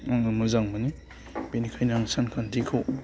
आङो मोजां मोनो बेनिखायनो आं साखान्थिखौ